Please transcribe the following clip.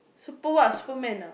super what superman lah